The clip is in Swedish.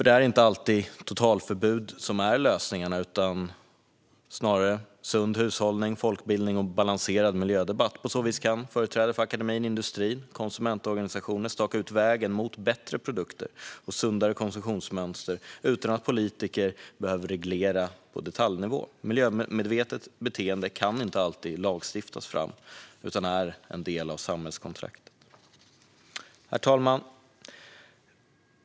Det är inte alltid totalförbud som är lösningen. Snarare är det sund hushållning, folkbildning och balanserad miljödebatt. På så vis kan företrädare för akademin, industrin och konsumentorganisationer staka ut vägen mot bättre produkter och sundare konsumtionsmönster utan att politiker behöver reglera på detaljnivå. Miljömedvetet beteende kan inte alltid lagstiftas fram utan är en del av samhällskontraktet. Herr talman!